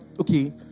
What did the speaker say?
okay